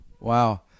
Wow